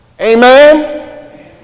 amen